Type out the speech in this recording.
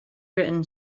written